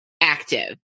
active